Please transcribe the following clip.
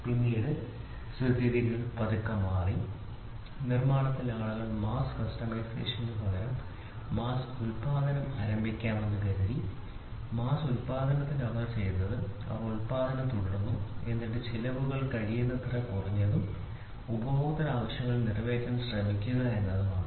പിന്നെ സ്ഥിതിഗതികൾ പതുക്കെ മാറി നിർമ്മാണത്തിൽ ആളുകൾ മാസ് കസ്റ്റമൈസേഷനുപകരം മാസ് ഉൽപാദനം ആരംഭിക്കാമെന്ന് കരുതി മാസ് ഉൽപാദനത്തിൽ അവർ ചെയ്തത് അവർ ഉൽപാദനം തുടരട്ടെ എന്നിട്ട് ചെലവ് കഴിയുന്നത്ര കുറഞ്ഞതും വരട്ടെ ഉപഭോക്തൃ ആവശ്യങ്ങൾ നിറവേറ്റാൻ ശ്രമിക്കുക എന്നതുമാണ്